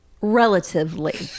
Relatively